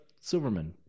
Silverman